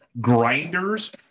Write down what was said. grinders